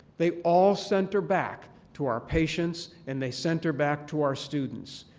they all center back to our patients and they center back to our students.